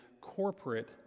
corporate